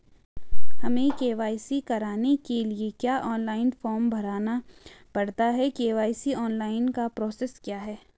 हमें के.वाई.सी कराने के लिए क्या ऑनलाइन फॉर्म भरना पड़ता है के.वाई.सी ऑनलाइन का प्रोसेस क्या है?